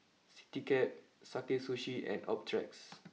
Citycab Sakae Sushi and Optrex